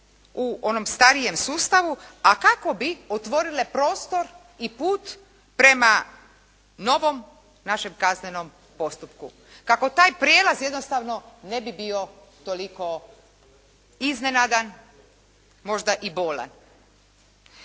u onom starijem sustavu, a kako bi otvorile prostor i put prema novom našem kaznenom postupku kako taj prijelaz jednostavno ne bi bio toliko iznenadan, možda i bolan.